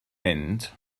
mynd